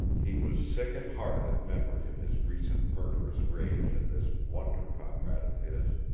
he was sick at heart at memory of his recent murderous rage at this wonder-comrade of his.